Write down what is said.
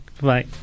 Bye